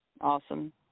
Awesome